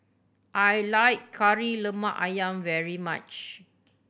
I like Kari Lemak Ayam very much